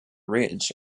ridge